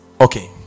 Okay